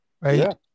Right